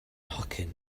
nhocyn